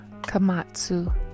Kamatsu